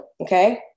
okay